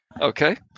okay